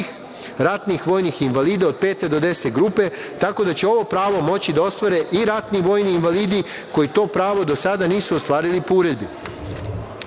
ratnih vojnih invalida od pete do desete grupe, tako da će ovo pravo moći da ostvare i ratni vojni invalidi koji to pravo do sada nisu ostvarili po